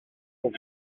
pour